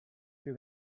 più